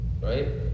right